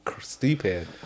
stupid